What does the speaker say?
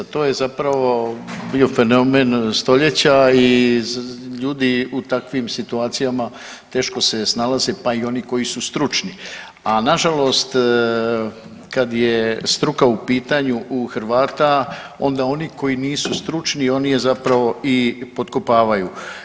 To je zapravo bio fenomen stoljeća i ljudi u takvim situacijama teško se snalaze pa i oni koji su stručni, a nažalost kad je struka u pitanju u Hrvata, onda oni koji nisu stručni, oni je zapravo i potkopavaju.